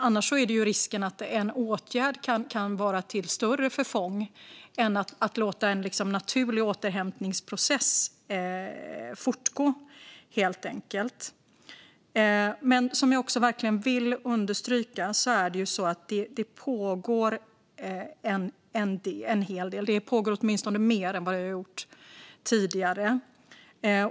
Annars är risken att en åtgärd blir till större förfång än om man helt enkelt låter en naturlig återhämtningsprocess fortgå. Men jag vill verkligen understryka att det pågår en hel del. Det pågår åtminstone mer än vad det har gjort tidigare.